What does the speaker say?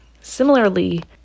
Similarly